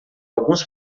alguns